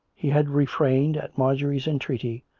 he had refrained, at marjorie's entreaty,